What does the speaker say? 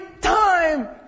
time